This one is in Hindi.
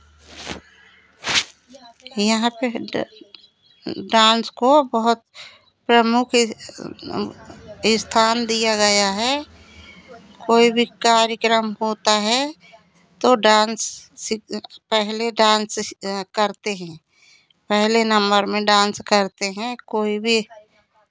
यहाँ पे डांस को बहुत प्रमुख स्थान दिया गया है कोई भी कार्यक्रम होता है तो डांस पहले डांस करते हैं पहले नंबर में डांस करते हैं कोई भी